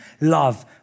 love